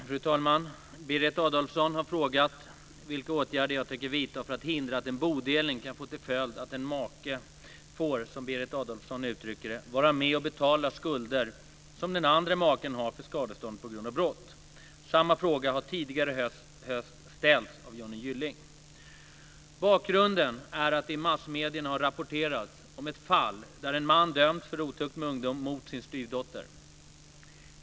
Fru talman! Berit Adolfsson har frågat vilka åtgärder jag tänker vidta för att hindra att en bodelning kan få till följd att en make får - som Berit Adolfsson uttrycker det - vara med och betala skulder som den andra maken har för skadestånd på grund av brott. Samma fråga har tidigare i höst ställts av Johnny Bakgrunden är att det i massmedierna har rapporterats om ett fall där en man dömts för otukt med ungdom mot sin styvdotter.